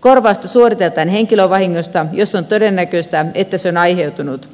korvausta suoritetaan henkilövahingosta jos on todennäköistä että se on aiheutunut